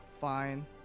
fine